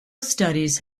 studies